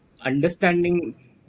understanding